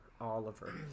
Oliver